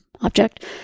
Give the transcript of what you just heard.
object